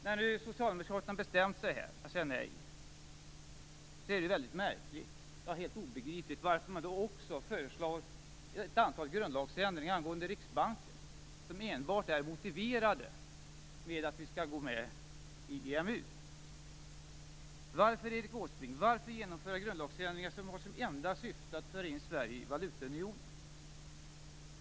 När nu Socialdemokraterna bestämt sig för att säga nej är det väldigt märkligt, ja, helt obegripligt, att man också föreslår ett antal grundlagsändringar angående Riksbanken, vilka enbart är motiverade med att vi skall gå med i EMU. Varför, Erik Åsbrink, genomföra grundlagsändringar som har som enda syfte att föra in Sverige i valutaunionen?